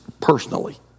personally